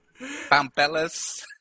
Pampelas